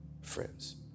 friends